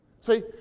See